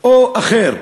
או אחר.